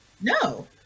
No